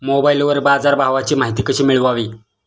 मोबाइलवर बाजारभावाची माहिती कशी मिळवावी?